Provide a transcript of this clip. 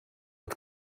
het